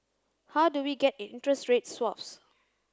how do we get interest rate swaps